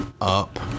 up